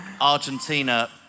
Argentina